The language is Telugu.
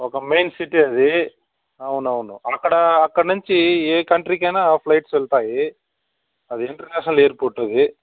ఒక మెయిన్ సిటీ అది అవునవును అక్కడ అక్కడ నుంచి ఏ కంట్రీకి అయినా ఫ్లైట్స్ వెళ్తాయి అది ఇంటర్నేషనల్ ఎయిర్పోర్ట్ అది